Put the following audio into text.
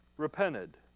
Repented